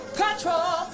control